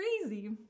crazy